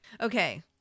Okay